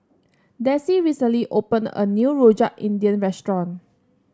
Desi recently opened a new Rojak India restaurant